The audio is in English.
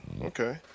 Okay